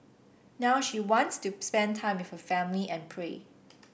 now she wants to spend time with her family and pray